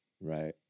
right